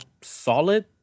solid